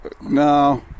No